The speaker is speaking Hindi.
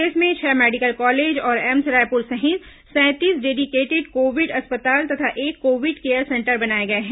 प्रदेश में छह मेडिकल कॉलेज और एम्स रायपुर सहित सैंतीस डेडिकेटेड कोविड अस्पताल तथा एक कोविड केयर सेंटर बनाए गए हैं